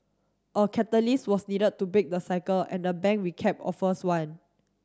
a catalyst was needed to break the cycle and the bank recap offers one